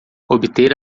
obter